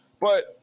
But-